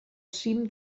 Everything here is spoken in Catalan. cim